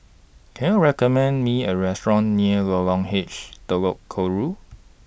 Can YOU recommend Me A Restaurant near Lorong H Telok Kurau